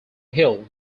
hill